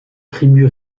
tribu